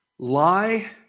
Lie